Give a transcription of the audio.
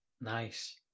Nice